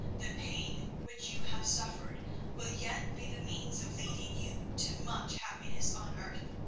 the pain which you have suffered will yet be the means of leading you to much happiness on earth,